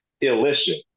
illicit